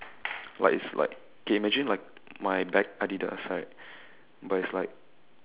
like it's like okay imagine like my bag Adidas right but it's like